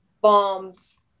bombs